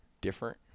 different